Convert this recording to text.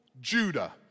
Judah